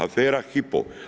Afera Hypo?